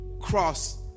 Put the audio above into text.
cross